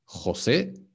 José